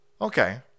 Okay